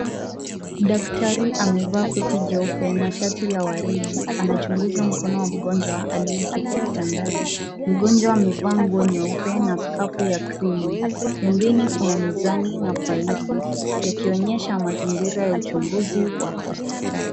Daktari amevaa koti jeupe na shati la waridi anachunguza mkono wa mgonjwa aliyeketi kitandani, mgonjwa amevaa nguo nyeupe na skafu krimu pembeni kuna mizani na faili kuonyesha uchunguzi wa hospitali.